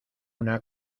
una